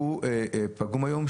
שהוא פגום היום,